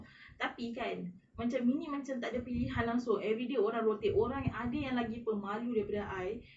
tapi kan macam ini macam tak ada pilihan langsung everyday orang rotate orang yang ada yang lagi pemalu daripada I